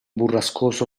burrascoso